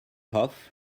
off